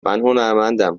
هنرمندم